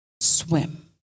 swim